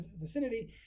vicinity